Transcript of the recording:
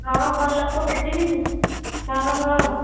ହଁ ଭଲ କରୁଛି ହଁ ହଁ